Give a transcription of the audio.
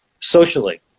Socially